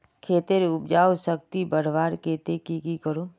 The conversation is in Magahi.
खेतेर उपजाऊ शक्ति बढ़वार केते की की करूम?